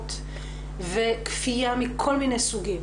וחטיפות וכפייה מכל מיני סוגים,